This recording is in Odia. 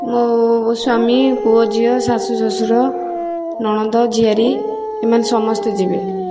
ମୋ ସ୍ୱାମୀ ପୁଅ ଝିଅ ଶାଶୁ ଶଶୁର ନଣନ୍ଦ ଝିଆରୀ ଏମାନେ ସମସ୍ତେ ଯିବେ